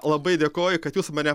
labai dėkoju kad jūs mane